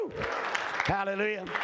Hallelujah